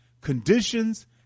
conditions